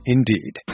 Indeed